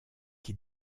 qui